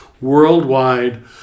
worldwide